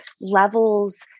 levels